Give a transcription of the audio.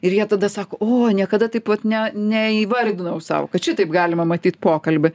ir jie tada sako o niekada taip vat ne neįvardinau sau kad šitaip galima matyt pokalbį